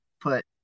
put